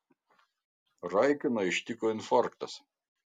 raikiną ištiko infarktas